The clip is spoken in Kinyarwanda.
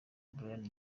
brayan